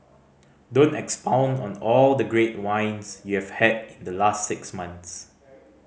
don't expound on all the great wines you have had in the last six months